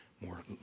more